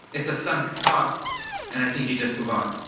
it's a sunk cost and i think you just move on.